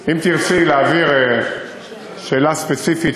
אם תרצי להעביר שאלה ספציפית,